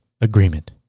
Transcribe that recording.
agreement